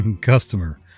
Customer